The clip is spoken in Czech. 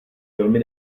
velmi